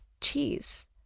cheese